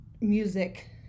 music